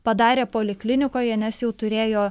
padarė poliklinikoje nes jau turėjo